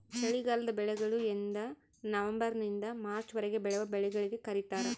ಚಳಿಗಾಲದ ಬೆಳೆಗಳು ಎಂದನವಂಬರ್ ನಿಂದ ಮಾರ್ಚ್ ವರೆಗೆ ಬೆಳೆವ ಬೆಳೆಗಳಿಗೆ ಕರೀತಾರ